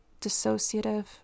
dissociative